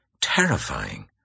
terrifying